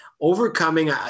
overcoming